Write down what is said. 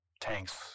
tanks